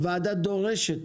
הוועדה דורשת